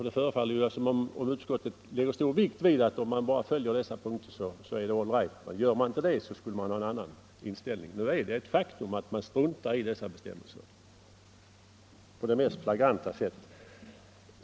Det förefaller som utskottet lägger stor vikt vid att om man bara följer dessa punkter så är det all right, men gör man inte det så blir inställningen en annan. Nu är det som sagt ett faktum att man struntar i dessa bestämmelser på det mest flagranta sätt.